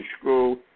school